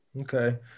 Okay